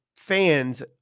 Fans